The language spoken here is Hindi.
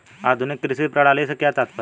आधुनिक कृषि प्रणाली से क्या तात्पर्य है?